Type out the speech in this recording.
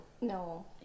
No